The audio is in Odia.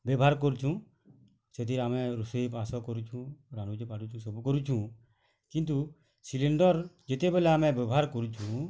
ବ୍ୟବହାର କରୁଛୁ ସେଥିରେ ଆମେ ରୁଷେଇ ବାସ କରୁଛୁ ରାନ୍ଧୁଛୁ ବାଢ଼ୁଛୁ ସବୁ କରୁଛୁଁ କିନ୍ତୁ ସିଲିଣ୍ଡର ଯେତେବେଳେ ଆମେ ବ୍ୟବହାର କରୁଛୁ